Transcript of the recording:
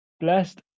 Blessed